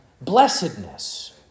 blessedness